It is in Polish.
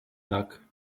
tak